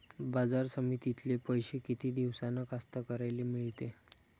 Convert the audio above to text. बाजार समितीतले पैशे किती दिवसानं कास्तकाराइले मिळते?